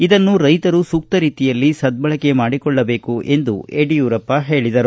ಇದನ್ನು ರೈತರು ಸೂಕ್ತ ರೀತಿಯಲ್ಲಿ ಸದ್ದಳಕೆ ಮಾಡಿಕೊಳ್ಳಬೇಕು ಎಂದು ಯಡಿಯೂರಪ್ಪ ಹೇಳಿದರು